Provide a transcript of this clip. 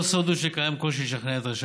לא סוד הוא שקיים קושי לשכנע את ראשי